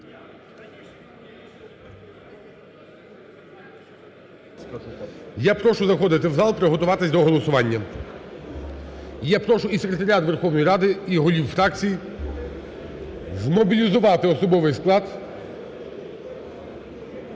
Я прошу заходити в зал і приготуватись до голосування. Я прошу і секретаріат Верховної Ради, і голів фракцій змобілізувати особовий склад,